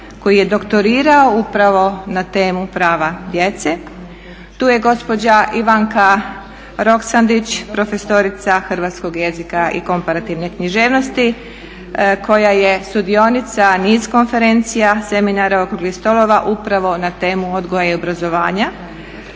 koji je doktorirao upravo na temu prava djece. Tu je gospođa Ivanka Roksandić, profesorica hrvatskog jezika i komparativne književnosti koja je sudionica niz konferencija, seminara, okruglih stolova upravo na temu odgoja i obrazovanja,